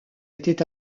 était